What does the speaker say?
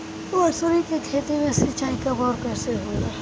मसुरी के खेती में सिंचाई कब और कैसे होला?